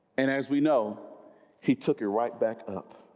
and as we know he took it right back up